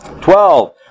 Twelve